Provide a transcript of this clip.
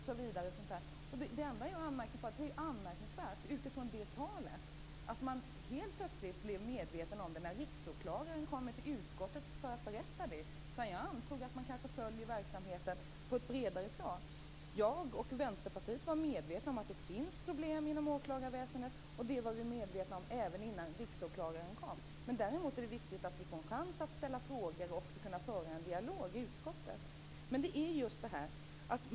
Utifrån det talet kan jag säga att det är anmärkningsvärt att man helt plötsligt blir medveten om detta när Riksåklagaren kommer till utskottet för att berätta det. Jag antog att man följer verksamheten på ett bredare plan. Jag och Vänsterpartiet var medvetna om att det finns problem inom åklagarväsendet. Det var vi medvetna om även innan Riksåklagaren kom. Däremot är det viktigt att vi får en chans att ställa frågor och också föra en dialog i utskottet.